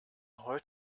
heute